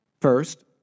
first